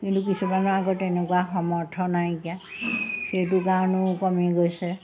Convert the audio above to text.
কিন্তু কিছুমানৰ আকৌ তেনেকুৱা সমৰ্থ নাইকিয়া সেইটো কাৰণেও কমি গৈছে